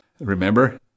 Remember